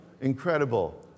incredible